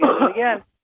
again